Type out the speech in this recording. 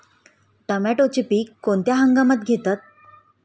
टोमॅटोचे पीक कोणत्या हंगामात घेतात?